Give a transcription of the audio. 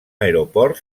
aeroport